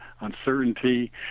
uncertainty